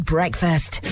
Breakfast